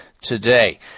today